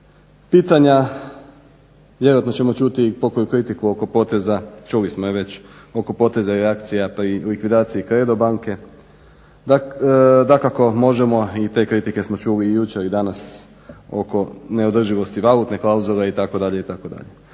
Pitanja, vjerojatno ćemo čuti i pokoju kritiku oko poteza, čuli smo je već, oko poteza i reakcija pri likvidaciji Credo banke. Dakako, možemo, i te kritike smo čuli i jučer i danas oko neodrživosti valutne klauzule itd. itd.